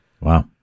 Wow